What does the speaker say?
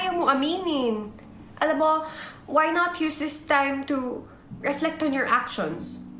you know i mean i mean and um um why not use this time to reflect on your actions?